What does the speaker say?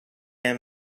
i’m